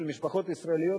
של משפחות ישראליות,